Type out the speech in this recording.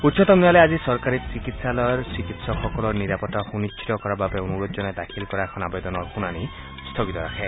উচ্চতম ন্যায়ালয়ে আজি চৰকাৰী চিকিৎসালয়ৰ চিকিৎসকলৰ নিৰাপত্তা সুনিশ্চিত কৰাৰ বাবে অনুৰোধ জনাই দাখিল কৰা এখন আৱেদনৰ শুনানী স্থগিত ৰাখে